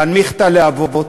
להנמיך את הלהבות,